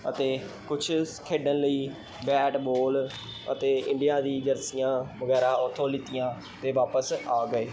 ਅਤੇ ਕੁਛ ਖੇਡਣ ਲਈ ਬੈਟ ਬੋਲ ਅਤੇ ਇੰਡੀਆ ਦੀ ਜਰਸੀਆਂ ਵਗੈਰਾ ਉੱਥੋਂ ਲਿੱਤੀਆਂ ਅਤੇ ਵਾਪਿਸ ਆ ਗਏ